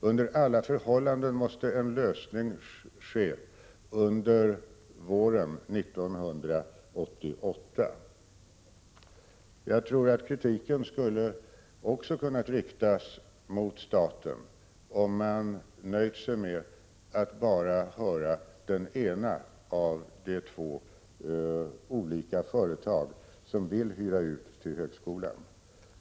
Under alla förhållanden måste en lösning vara klar under våren 1988. Jag tror att kritik också skulle ha kunnat riktas mot staten, om man nöjt sig med att bara höra det ena av de två olika företag som vill hyra ut till högskolan.